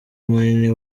munini